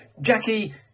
Jackie